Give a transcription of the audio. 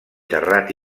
terrat